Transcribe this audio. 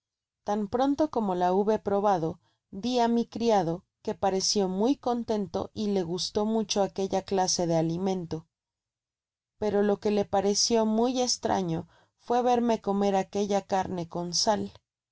tan pronto como la hube probado di á mi criado que pareció muy contento y le gustó mucho aquella clase de alimento pero lo que le parecio muy estraño fué verme comer aquella carne con sal